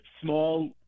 Small